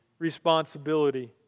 Responsibility